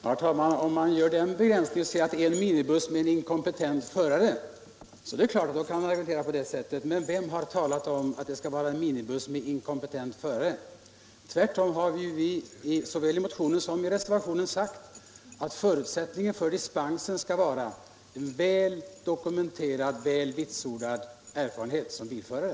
Herr talman! Ja, om man gör den begränsningen att man säger att en minibuss med inkompetent förare är mera riskabel, så kan man givetvis resonera så som herr Rosqvist gör. Men vem har talat om att det skall vara en minibuss med inkompetent förare? Vi har tvärtom såväl i motionen som i reservationen framhållit att förutsättningen för dispensen skall vara väl dokumenterad och vitsordad erfarenhet som bilförare.